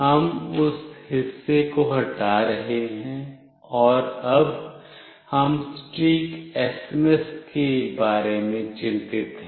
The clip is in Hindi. हम उस हिस्से को हटा रहे हैं और अब हम सटीक एसएमएस के बारे में चिंतित हैं